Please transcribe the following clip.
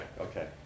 okay